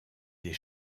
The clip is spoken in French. des